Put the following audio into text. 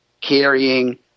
carrying